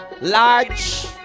large